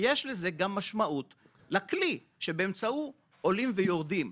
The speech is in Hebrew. כי יש לזה גם משמעות לכלי שבאמצעו עולים ויורדים.